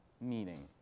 meaning